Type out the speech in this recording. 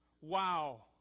Wow